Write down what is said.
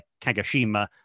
Kagoshima